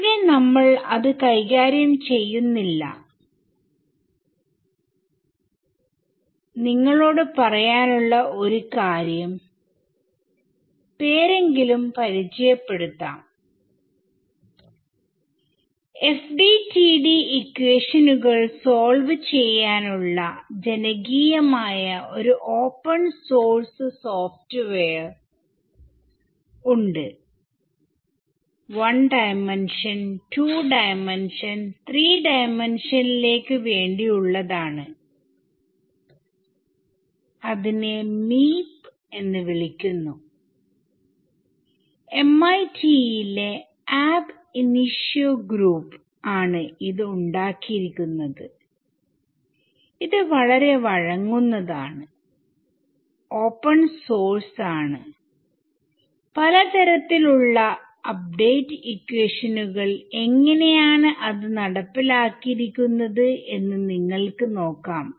ഇവിടെ നമ്മൾ അത് കൈകാര്യം ചെയ്യുന്നില്ല എങ്ങനെയാണ് അത് നടപ്പിലാക്കിയിരിക്കുന്നത് എന്ന് നിങ്ങൾക്ക് നോക്കാം